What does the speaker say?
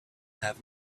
have